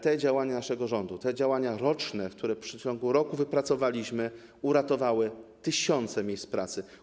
Te działania naszego rządu, te działania roczne, które w ciągu roku wypracowaliśmy, uratowały tysiące miejsc pracy.